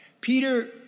Peter